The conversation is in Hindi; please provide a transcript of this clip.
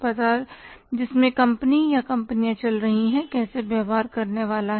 बाजार जिसमें कंपनी या कंपनियां चल रही हैं कैसे व्यवहार करने वाला है